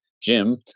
Jim